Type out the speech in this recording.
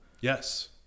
Yes